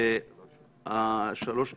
ושלוש נקודות.